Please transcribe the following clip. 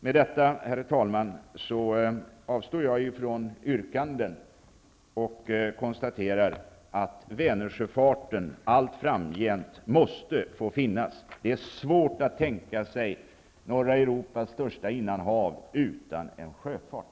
Med detta, herr talman, avstår jag från yrkanden och konstaterar att Vänersjöfarten allt framgent måste få finnas. Det är svårt att tänka sig norra Europas största innanhav utan en sjöfart.